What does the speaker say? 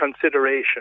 consideration